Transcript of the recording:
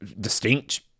distinct